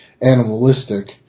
animalistic